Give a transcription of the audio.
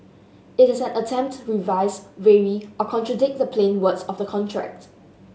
it is an attempt to revise vary or contradict the plain words of the contract